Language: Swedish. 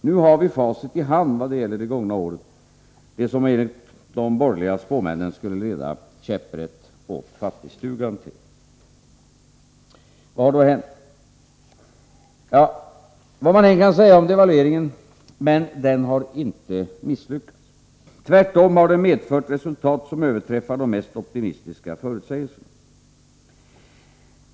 Nu har vi facit i hand i vad gäller det gångna året, det som enligt de borgerliga spåmännen skulle leda käpprätt till fattigstugan. Vad har då hänt? Vad man än kan säga om devalveringen: den har inte misslyckats. Tvärtom har den medfört resultat som överträffar de mest optimistiska förutsägelserna.